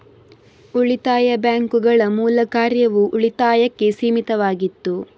ಉಳಿತಾಯ ಬ್ಯಾಂಕುಗಳ ಮೂಲ ಕಾರ್ಯವು ಉಳಿತಾಯಕ್ಕೆ ಸೀಮಿತವಾಗಿತ್ತು